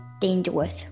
dangerous